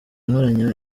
nkoranya